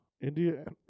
India